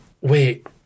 wait